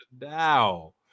Now